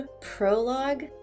prologue